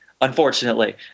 unfortunately